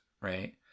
right